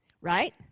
right